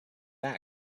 going